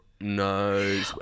no